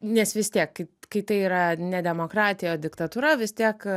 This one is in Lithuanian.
nes vis tiek kai tai yra ne demokratija o diktatūra vis tiek